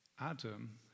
Adam